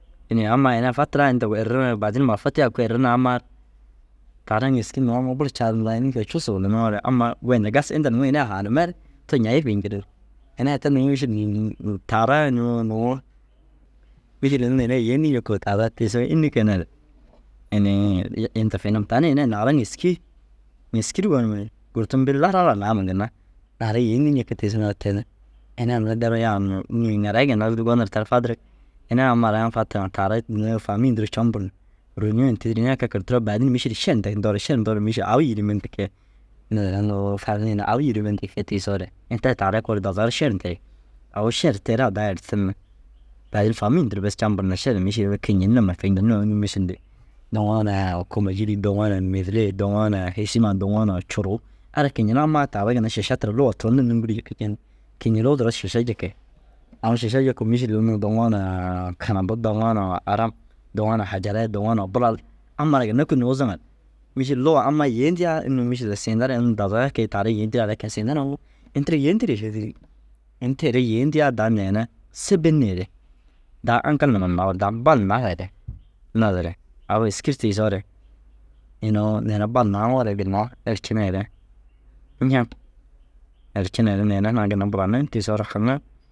Inii amma ini fatiraa inta erri baadin mara fatigaa ye kûi erri na ammaar taara ŋêski nuŋu amma buru caadintaa înni kee cusu walla niŋoore ammaa goyintu gasig. Inda nuŋu ini ai haanimme ru to ñayii fi ñirir? Ini ai te nuu mîšil taarai unnu nuu mîšil unnu ini ai yêentii ñikuu taara tiisoo înni keener inii inta fi nim tani ini ai naara ŋêski ŋêski ru gonum ni kurtum bini laraa raa naame ginna naara yêentii ñiki tiisiŋare tani ini ai mire deroo yaanum nii ŋurai ginna duro gonir tar fadirig. Ini amma ara ŋa fatiri ŋa taara nuu faamîi nturuu campur ni rôniyo na tîdir ini ai kee kirtiroo baadin mîšil šen nda indoore šen ndoore mîšil au yîrime nda kee au yîrime nda kee tiisoore ini te taarai koore dazaga ru šer ntirig. Au šer te raa daa ertime daa ini faamîi nduruu bes cambur ni šer mîšil unnu kîñil numa kiñil numa unnu mîšil daŋoo na Komoyîrii daŋoo na Midilii doŋoo na Hišiman doŋoo na curuu ara kiñila amma taara ginna šiša tira. Luga turon du nûgurii jiki ciin kiñiluu duro šiša jiki. Au šiša jikuu mîšil unnu daŋoo na Kanebu daŋoo na Aram daŋoo na Hajarai daŋoo na Bulal amma ara ginna kûi nuuzuŋa ru mîšil luga amma yêetidaa unnu mîšil siinda ara unnu dazagaa kii taara yêntirigaare kege. Siinda nuu ini tira yêetigire šee dîri. In teere yêendigaa daa neene sêbeneere daa aŋka numa nawu daa bal naaweere naazire au êskir tiisoore inuu neere bal naaŋoore ginna ercineere ñeŋ. Ercineere neere ginna buraniŋ tiisoore haŋiŋ.